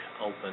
open